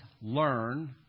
learn